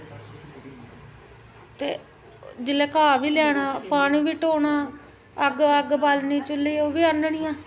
ते जेल्लै घाऽ बी ले आना पानी बी ढोना अग्ग अग्ग बालनी चु'ल्ली च ओह् बी आह्ननियां